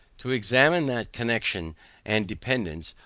to examine that connexion and dependance,